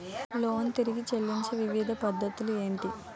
Loan తిరిగి చెల్లించే వివిధ పద్ధతులు ఏంటి?